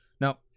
Now